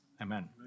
Amen